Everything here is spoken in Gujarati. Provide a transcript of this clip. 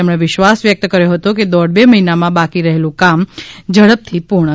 તેમણે વિશ્વાસ વ્યક્ત કર્યો હતો કે દોઢ બે મહિનામાં બાકી રહેલું કામ ઝડપથી પૂર્ણ કરાશે